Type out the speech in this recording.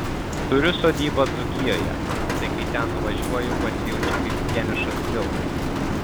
turiu sodybą dzūkijoje tai kai ten nuvažiuoju pasijaučiu kaip vienišas vilkas